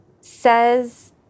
says